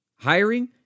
Hiring